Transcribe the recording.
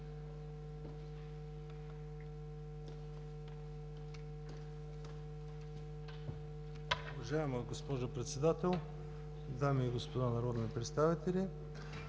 Уважаема госпожо Председател, дами и господа народни представители!